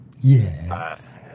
Yes